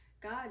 God